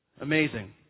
Amazing